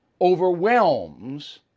overwhelms